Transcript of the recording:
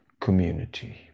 community